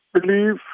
believe